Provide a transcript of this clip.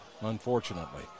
unfortunately